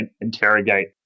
interrogate